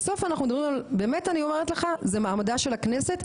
בסוף אנחנו מדברים באמת אני אומרת לך זה מעמדה של הכנסת,